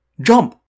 Jump